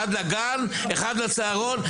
אחד לגן אחד לצהרון,